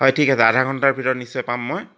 হয় ঠিক আছে আধা ঘণ্টাৰ ভিতৰত নিশ্চয় পাম মই